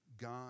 God